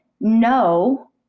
no